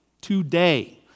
Today